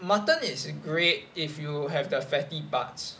mutton is great if you have the fatty parts